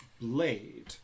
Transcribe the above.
blade